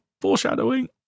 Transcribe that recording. Foreshadowing